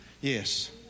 Yes